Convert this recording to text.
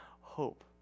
hope